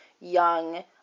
young